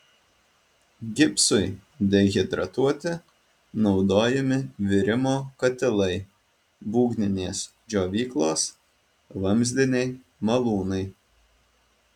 gipsui dehidratuoti naudojami virimo katilai būgninės džiovyklos vamzdiniai malūnai